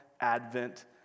Advent